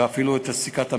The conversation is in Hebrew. ואפילו את סיכת המרחב.